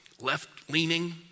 left-leaning